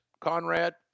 Conrad